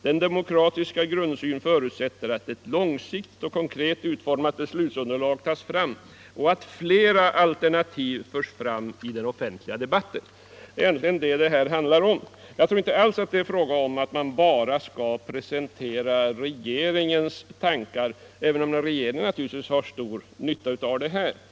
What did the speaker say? Denna demokratiska grundsyn förutsätter att ett långsiktigt och konkret utformat beslutsunderlag tas fram och att flera alternativ förs fram i den offentliga debatten.” Det är detta som det handlar om. Jag tror inte alls att det är fråga om att man bara skall presentera regeringens tankar, även om regeringen naturligtvis har stor nytta av det här arbetet.